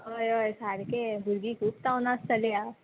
हय हय सारकें भुरगीं खूब पावनासतली आ